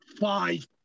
five